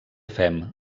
fem